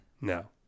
No